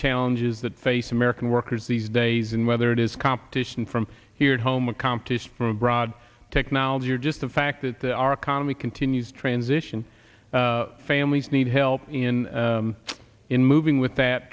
challenges that face american workers these days and whether it is competition from here at home or competition from abroad technology or just the fact that our economy continues transition families need help in in moving with that